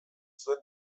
zuen